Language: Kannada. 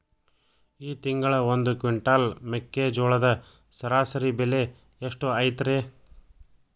ಈ ತಿಂಗಳ ಒಂದು ಕ್ವಿಂಟಾಲ್ ಮೆಕ್ಕೆಜೋಳದ ಸರಾಸರಿ ಬೆಲೆ ಎಷ್ಟು ಐತರೇ?